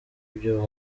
byo